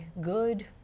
good